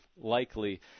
likely